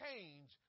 change